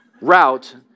route